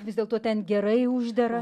vis dėlto ten gerai uždera